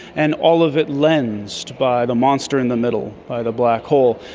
and all of it lensed by the monster in the middle, by the black hole,